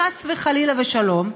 חס וחלילה ושלום,